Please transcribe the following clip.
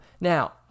Now